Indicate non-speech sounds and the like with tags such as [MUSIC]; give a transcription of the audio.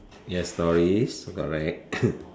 yes stories correct [COUGHS]